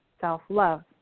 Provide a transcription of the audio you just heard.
self-love